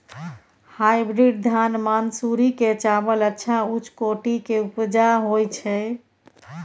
Hybrid धान मानसुरी के चावल अच्छा उच्च कोटि के उपजा होय छै?